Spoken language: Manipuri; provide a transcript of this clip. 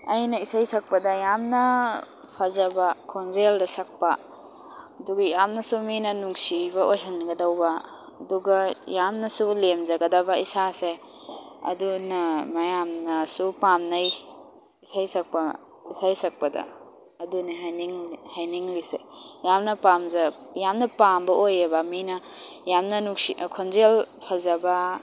ꯑꯩꯅ ꯏꯁꯩ ꯁꯛꯄꯗ ꯌꯥꯝꯅ ꯐꯖꯕ ꯈꯣꯟꯖꯦꯜꯗ ꯁꯛꯄ ꯑꯗꯨꯒ ꯌꯥꯝꯅꯁꯨ ꯃꯤꯅ ꯅꯨꯡꯁꯤꯕ ꯑꯣꯏꯍꯟꯒꯗꯧꯕ ꯑꯗꯨꯒ ꯌꯥꯝꯅꯁꯨ ꯂꯦꯝꯖꯒꯗꯕ ꯏꯁꯥꯁꯦ ꯑꯗꯨꯅ ꯃꯌꯥꯝꯅꯁꯨ ꯄꯥꯝꯅꯩ ꯏꯁꯩ ꯁꯛꯄ ꯏꯁꯩ ꯁꯛꯄꯗ ꯑꯗꯨꯅꯦ ꯍꯥꯏꯅꯤꯡ ꯍꯥꯏꯅꯤꯡꯂꯤꯁꯦ ꯌꯥꯝꯅ ꯄꯥꯝꯖ ꯌꯥꯝꯅ ꯄꯥꯝꯕ ꯑꯣꯏꯌꯦꯕ ꯃꯤꯅ ꯌꯥꯝꯅ ꯅꯨꯡꯁꯤ ꯈꯣꯟꯖꯦꯜ ꯐꯖꯕ